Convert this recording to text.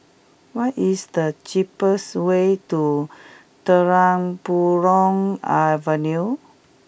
what is the cheapest way to Terang Bulan Avenue